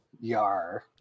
Yar